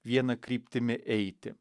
viena kryptimi eiti